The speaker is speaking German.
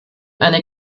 eine